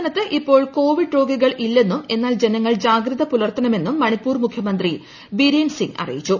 സംസ്ഥാനത്ത് ഇപ്പോൾ കോവിഡ് രോഗികൾ ഇല്ലെന്നും എന്നാൽ ജനങ്ങൾ ജാഗ്രത പുലർത്തണമെന്നും മണിപ്പൂർ മുഖ്യമന്ത്രി ബിരേൻ സിങ്ങ് അറിയിച്ചു